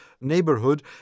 neighborhood